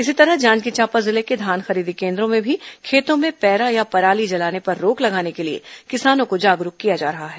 इसी तरह जांजगीर चांपा जिले के धान खरीदी केंद्रों में भी खेतों में पैरा या पराली जलाने पर रोक लगाने के लिए किसानों को जागरूक किया जा रहा है